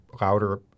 louder